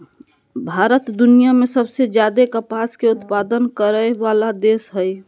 भारत दुनिया में सबसे ज्यादे कपास के उत्पादन करय वला देश हइ